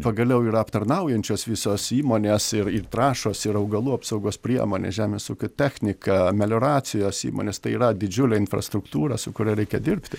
pagaliau yra aptarnaujančios visos įmonės ir ir trąšos ir augalų apsaugos priemonės žemės ūkio technika melioracijos įmonės tai yra didžiulė infrastruktūra su kuria reikia dirbti